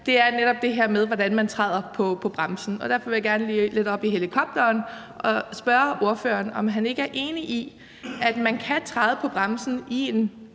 er netop det her med, hvordan man træder på bremsen. Derfor vil jeg gerne lige lidt op i helikopteren og spørge ordføreren, om han ikke er enig i, at man kan træde på bremsen i en